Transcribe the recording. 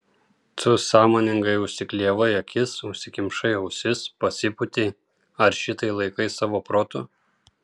tu sąmoningai užsiklijavai akis užsikimšai ausis pasipūtei ar šitai laikai savo protu